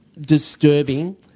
disturbing